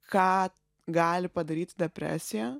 ką gali padaryti depresija